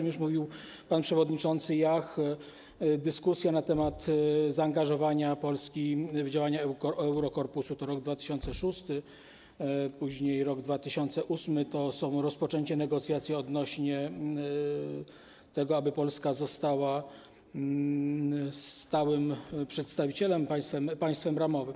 Mówił już o tym pan przewodniczący Jach - dyskusja na temat zaangażowania Polski w działania Eurokorpusu to rok 2006, później, rok 2008 to rozpoczęcie negocjacji odnośnie do tego, aby Polska została stałym przedstawicielem, państwem ramowym.